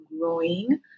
growing